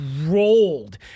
rolled